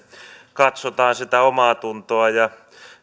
katsotaan sitä omaatuntoa ja